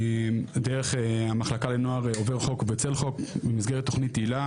דרך המחלקה לנוער עובר חוק בצל חוק במסגרת תכנית הילה